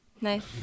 Nice